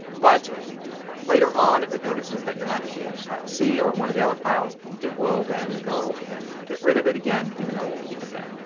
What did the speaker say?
but later on if it notices that you're not using file c or one of the other files it will then go and get rid of it again even though it will keep it there.